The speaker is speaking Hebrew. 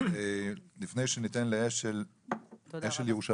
אז לפני שניתן לאשל ירושלים.